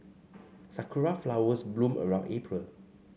sakura flowers bloom around April